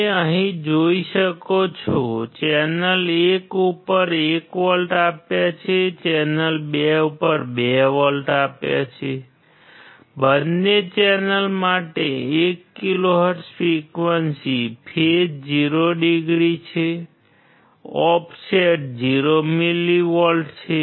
તમે અહીં જોઈ શકો છો ચેનલ 1 ઉપર 1 વોલ્ટ આપ્યા છે ચેનલ 2 ઉપર 2 વોલ્ટ આપ્યા છે બંને ચેનલ માટે 1 kHz ફ્રિક્વન્સી ફેઝ 0 ડિગ્રી છે ઓફસેટ 0 મિલીવોલ્ટ છે